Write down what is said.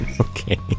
Okay